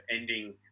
ending